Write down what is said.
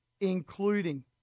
including